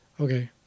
Okay